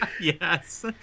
Yes